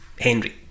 henry